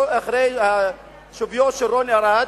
אחרי שביו של רון ארד